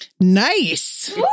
Nice